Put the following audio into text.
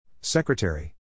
Secretary